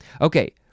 Okay